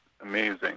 amazing